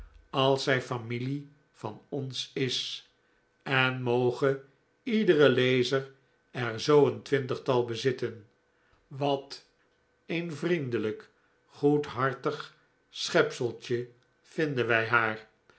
als zij familie van ons is en moge iedere lezer er zoo een twintigtal bezitten wat een vriendelijk goedhartig schepseltje vinden wij haar